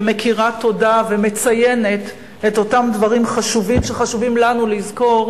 ומכירה תודה ומציינת את אותם דברים חשובים שחשוב לנו לזכור,